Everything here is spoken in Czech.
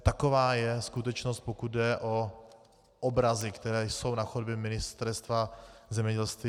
Taková je skutečnost, pokud jde o obrazy, které jsou na chodbě Ministerstva zemědělství.